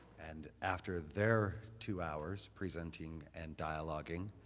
and after they're two hours presenting and dialoguing,